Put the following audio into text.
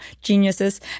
geniuses